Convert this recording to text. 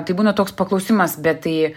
tai būna toks paklausimas bet tai